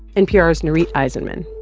npr's nurith aizenman